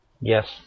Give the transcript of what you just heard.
Yes